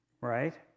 right